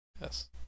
Yes